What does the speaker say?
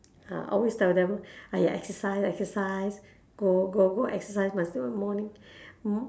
ah always tell them !aiya! exercise exercise go go go exercise must do in morning